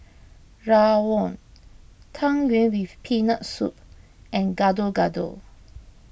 Rawon Tang Yuen with Peanut Soup and Gado Gado